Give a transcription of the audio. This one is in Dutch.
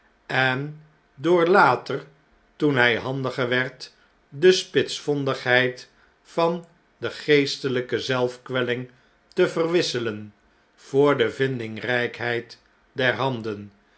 en door later toen hij handiger werd de spitsvondigheid van de'geestelpe zelf kwelling te verwisselen voor de vindingrpheid der handen